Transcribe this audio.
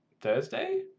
Thursday